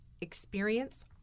experience